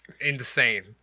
insane